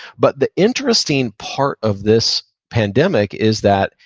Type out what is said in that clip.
but the interesting part of this pandemic is that,